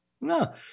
No